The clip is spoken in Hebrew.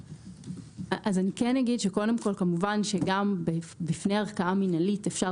אני כן אומר שכמובן שגם בפני ערכאה מינהלית אפשר